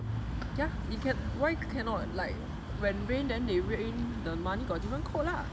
just you can why cannot like when rain then they rain the money got different code lah